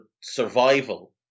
survival